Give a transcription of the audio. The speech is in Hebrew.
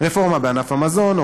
רפורמה בענף המזון,